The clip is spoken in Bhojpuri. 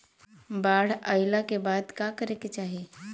बाढ़ आइला के बाद का करे के चाही?